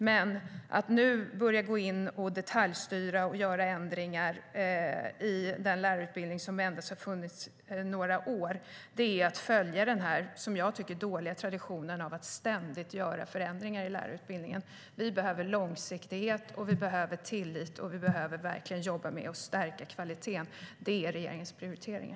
Men att nu börja gå in och detaljstyra och göra ändringar i den lärarutbildning som endast har funnits i några år är att följa den här, som jag tycker, dåliga traditionen av att ständigt göra förändringar i lärarutbildningen. Vi behöver långsiktighet, vi behöver tillit och vi behöver verkligen jobba med att stärka kvaliteten. Det är regeringens prioriteringar.